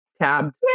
tabbed